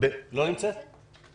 ואני מניח שגם